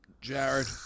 Jared